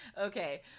okay